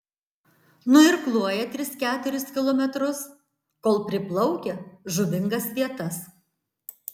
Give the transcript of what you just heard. nuirkluoja tris keturis kilometrus kol priplaukia žuvingas vietas